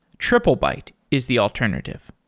triplebyte is the alternative.